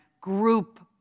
group